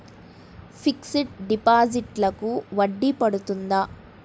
Fixed డిపాజిట్లకు వడ్డీ పడుతుందా?